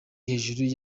hejuru